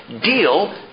deal